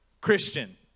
Christian